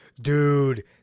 Dude